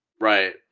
right